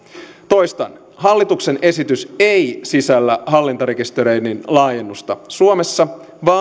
toistan hallituksen esitys ei sisällä hallintarekisteröinnin laajennusta suomessa vaan suomalaisessa